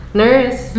nurse